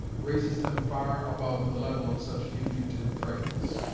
raises them far above the level of such fugitive trifles.